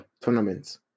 tournaments